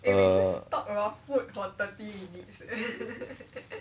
uh